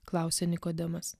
klausia nikodemas